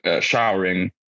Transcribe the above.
showering